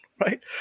right